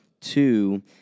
Two